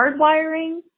hardwiring